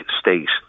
State